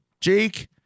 Jake